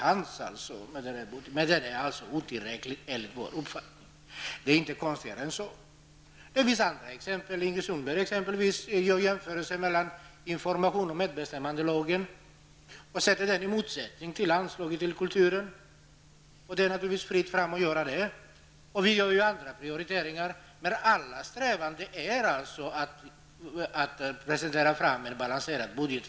Anslaget är enligt vår uppfattning otillräckligt. Det är inte konstigare än så. Det finns andra exempel. Ingrid Sundberg gjorde exempelvis jämförelser mellan informationen om medbestämmandelagen och anslaget till kulturen. Det är naturligtvis fritt fram att göra det. Vi gör andra prioriteringar. Men alla strävar vi alltså efter att presentera en balanserad budget.